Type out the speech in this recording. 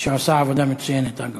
שעושה עבודה מצוינת, אגב.